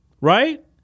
right